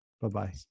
Bye-bye